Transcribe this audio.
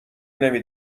نمی